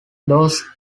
those